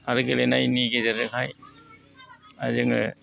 आरो गेलेनायनि गेजेरजोंहाय जों